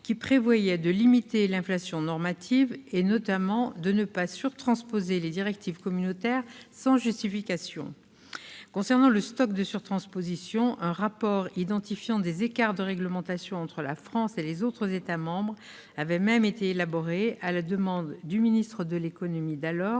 qui prévoyait de limiter l'inflation normative, notamment de ne pas surtransposer les directives communautaires sans justification. Concernant le stock de surtranspositions, un rapport identifiant des écarts de réglementation entre la France et les autres États membres avait même été élaboré à la demande du ministre de l'économie de